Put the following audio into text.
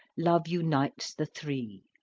love unites the three.